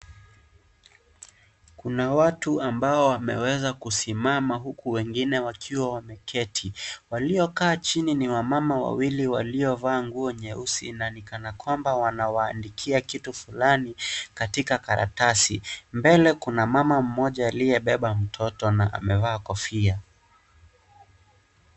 Kuna watu ambao wameweza kusimama huku wengine wakiwa wameketi, waliokaa chini ni wamama wawili waliovaa nguo nyeusi nani kanakwamba wanawaandikia kitu fulani katika karatasi, mbele kuna mama mmoja aliyebeba mtoto na amevaa kofia.